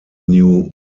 new